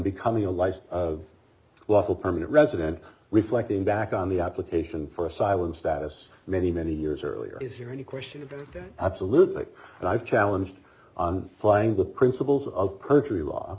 becoming a life lawful permanent resident reflecting back on the application for asylum status many many years earlier is there any question absolutely and i've challenged on flying the principles of perjury law